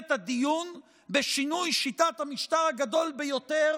הדיון בשינוי שיטת המשטר הגדול ביותר